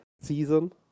season